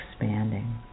expanding